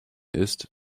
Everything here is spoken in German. ist